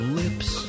lips